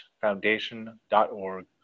foundation.org